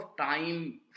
time